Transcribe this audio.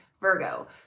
Virgo